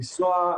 לנסוע,